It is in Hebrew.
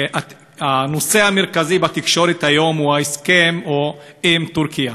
הנושא המרכזי בתקשורת היום הוא ההסכם עם טורקיה.